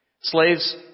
Slaves